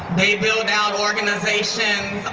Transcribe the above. they build our organizations